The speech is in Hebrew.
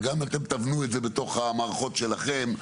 וגם אתם תבנו את זה בתוך המערכות שלכם,